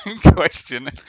question